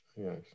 Yes